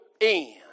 end